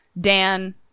Dan